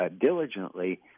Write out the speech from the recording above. diligently